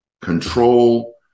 control